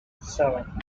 seven